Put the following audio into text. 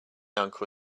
uncle